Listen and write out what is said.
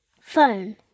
Phone